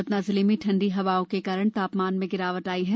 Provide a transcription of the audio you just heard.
सतना जिले में ठंडी हवाओं के कारण तापमान में गिरावट आई है